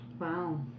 Wow